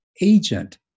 agent